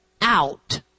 out